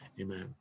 amen